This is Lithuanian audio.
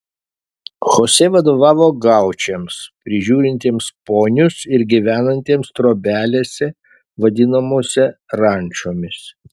chosė vadovavo gaučams prižiūrintiems ponius ir gyvenantiems trobelėse vadinamose rančomis